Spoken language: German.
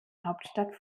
hauptstadt